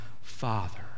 Father